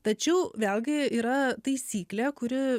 tačiau vėlgi yra taisyklė kuri